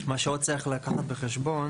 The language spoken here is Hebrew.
עוד צריך לקחת בחשבון